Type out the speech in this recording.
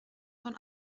von